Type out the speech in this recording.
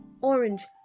orange